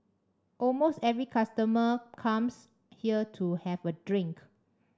almost every customer comes here to have a drink